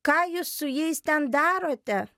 ką jūs su jais ten darote